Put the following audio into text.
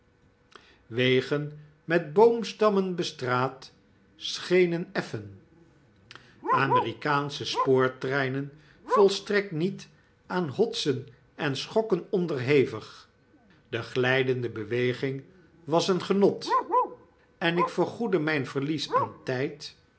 wegen met boomstammen bestraat schenen effen amerikaansche spoortreinen volstrekt niet aan hotsen en schokken onderhevig de glydende beweging was een genot en ik vergoedde mp verlies aan tyd